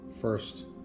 first